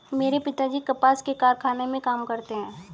मेरे पिताजी कपास के कारखाने में काम करते हैं